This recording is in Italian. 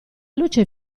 luce